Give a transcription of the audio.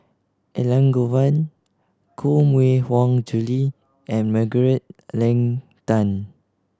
Elangovan Koh Mui Hiang Julie and Margaret Leng Tan